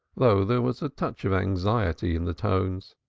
though there was a touch of anxiety in the tones.